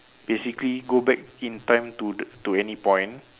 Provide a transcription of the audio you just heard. basically go back in time to to any point